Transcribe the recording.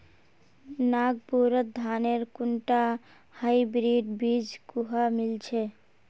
नागपुरत धानेर कुनटा हाइब्रिड बीज कुहा मिल छ